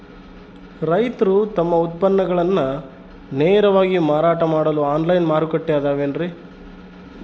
ರೈತರು ತಮ್ಮ ಉತ್ಪನ್ನಗಳನ್ನ ನೇರವಾಗಿ ಮಾರಾಟ ಮಾಡಲು ಆನ್ಲೈನ್ ಮಾರುಕಟ್ಟೆ ಅದವೇನ್ರಿ?